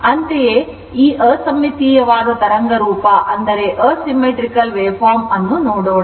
ಅಂತೆಯೇ ಈ ಅಸಮ್ಮಿತೀಯವಾದ ತರಂಗ ರೂಪವನ್ನು ನೋಡೋಣ